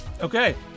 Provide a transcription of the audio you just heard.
Okay